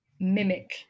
mimic